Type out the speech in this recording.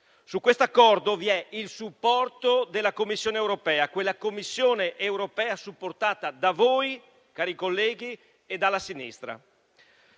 Su questo accordo vi è il supporto della Commissione europea, quella Commissione europea supportata da voi, cari colleghi, e dalla sinistra.